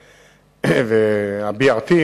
ה-BRT,